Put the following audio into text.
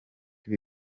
ibi